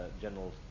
general